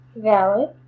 valid